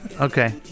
Okay